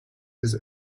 his